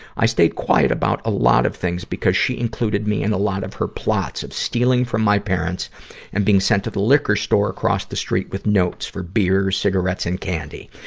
i stayed quiet about a lot of things because she included me in a lot of her plots of stealing from my parents and being sent to the liquor store across the street with notes for beers, cigarettes, and candy.